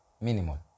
Minimal